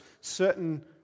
certain